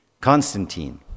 Constantine